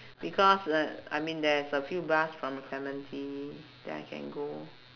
because uh I mean there's a few bus from clementi that I can go